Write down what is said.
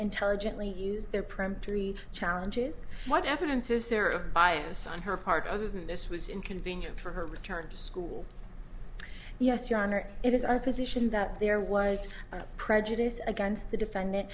intelligently use their print three challenges what evidence is there of bias on her part other than this was inconvenient for her return to school yes your honor it is our position that there was no prejudice against the defendant